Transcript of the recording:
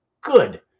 good